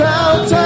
out